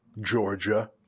Georgia